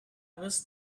was